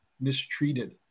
mistreated